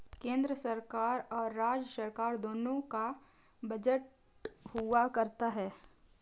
केन्द्र सरकार और राज्य सरकार दोनों का बजट हुआ करता है